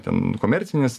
ten komercinis